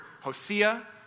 Hosea